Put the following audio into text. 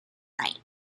night